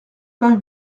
vingt